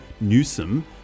Newsom